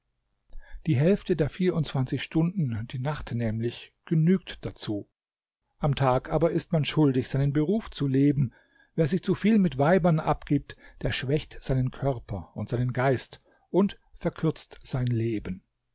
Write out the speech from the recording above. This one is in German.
die hälfte der vierundzwanzig stunden die nacht nämlich genügt dazu am tag aber ist man schuldig seinem beruf zu leben wer sich zuviel mit weibern abgibt der schwächt seinen körper und seinen geist und verkürzt sein leben